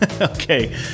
Okay